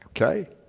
Okay